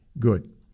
Good